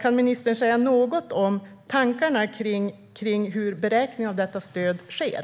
Kan ministern säga något om tankarna kring hur beräkning av detta stöd sker?